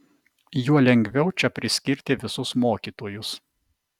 juo lengviau čia priskirti visus mokytojus